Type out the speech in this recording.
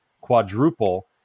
quadruple